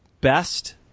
best